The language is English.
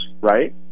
right